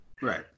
Right